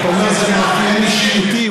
אתה אומר: זה מאפיין אישיותי,